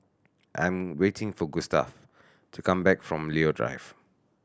I am waiting for Gustave to come back from Leo Drive